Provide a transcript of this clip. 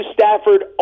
Stafford